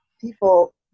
people